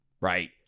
Right